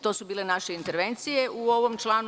To su bile naše intervencije u ovom članu.